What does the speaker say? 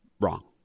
wrong